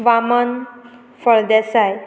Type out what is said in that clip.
Vaman Phaldesai